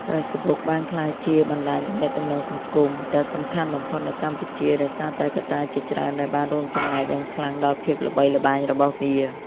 Facebook បានក្លាយជាបណ្តាញទំនាក់ទំនងសង្គមដ៏សំខាន់បំផុតនៅកម្ពុជា ដោយសារតែកត្តាជាច្រើនដែលបានរួមចំណែកយ៉ាងខ្លាំងដល់ភាពល្បីល្បាញរបស់វា។